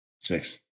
Six